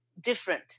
different